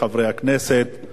8755, 8763, 8764 ו-8779.